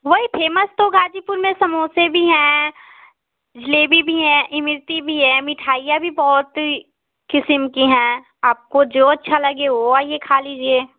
वही फेमस तो गाजीपुर मे समोसे भी हैं जलेबी भी है इमारती भी है मिठाइयाँ भी बहुत किस्म की हैं आपको जो अच्छा लगे वह आइये खा लीजिए